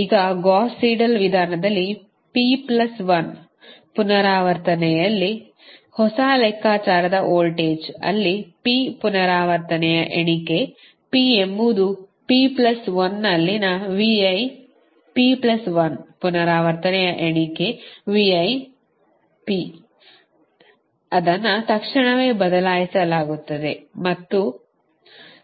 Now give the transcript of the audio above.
ಈಗ Gauss Seidel ವಿಧಾನದಲ್ಲಿ P plus 1 ಪುನರಾವರ್ತನೆಯಲ್ಲಿ ಹೊಸ ಲೆಕ್ಕಾಚಾರದ ವೋಲ್ಟೇಜ್ ಅಲ್ಲಿ P ಪುನರಾವರ್ತನೆಯ ಎಣಿಕೆ P ಎಂಬುದು P ಪ್ಲಸ್ 1 ನಲ್ಲಿನ ಪುನರಾವರ್ತನೆಯ ಎಣಿಕೆ ಅದನ್ನು ತಕ್ಷಣವೇ ಬದಲಾಯಿಸಲಾಗುತ್ತದೆ ಮತ್ತು